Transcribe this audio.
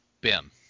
BIM